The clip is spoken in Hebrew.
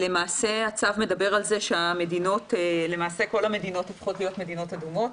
הצו מדבר על כך שכל המדינות הופכות להיות מדינות אדומות.